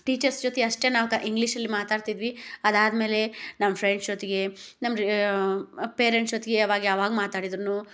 teachers ಜೊತೆ ಅಷ್ಟೇ ನಾವು ಕ ಇಂಗ್ಲೀಷಲ್ಲಿ ಮಾತಾಡ್ತಿದ್ವಿ ಅದಾದ್ಮೇಲೇ ನಮ್ಮ ಫ್ರೆಂಡ್ಸ್ ಜೊತೆಗೆ ನಮ್ಮ ಪೇರೆಂಟ್ಸ್ ಜೊತೆಗೆ ಯಾವಾಗ ಯಾವಾಗ ಮಾತಾಡಿದ್ದರೂನು